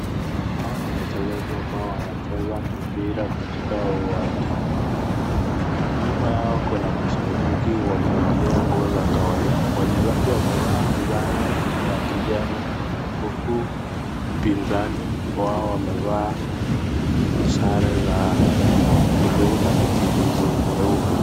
Hawa ni wachezaji ambao wanacheza mpira katika uwanja. Nyuma yao kunamashabiki wamevalia nguo za kawaida, wachezaji wamevaa sare ya kijani huku wapinzani wao wamevaa sare za blue na michirizi meupe.